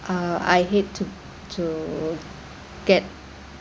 uh I hate to to get